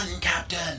Captain